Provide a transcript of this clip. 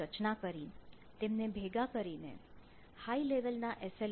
ની રચના કરી તેમને ભેગા કરીને હાઇ લેવલ ના એસ